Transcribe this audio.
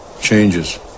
changes